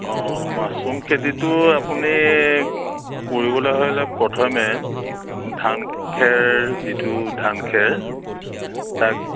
অঁ মাছ্ৰুম খেতিটো আপুনি কৰিবলৈ হ'লে প্ৰথমে ধান খেৰ যিটো ধান খেৰ তাক